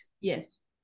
Yes